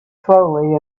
slowly